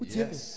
yes